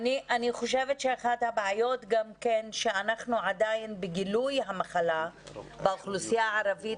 חושבת שאחת הבעיות שאנחנו עדיין בגילוי המחלה באוכלוסייה הערבית,